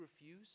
refuse